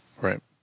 Right